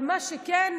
מה שכן,